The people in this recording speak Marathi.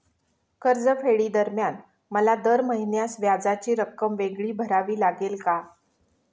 कर्जफेडीदरम्यान मला दर महिन्यास व्याजाची रक्कम वेगळी भरावी लागेल का?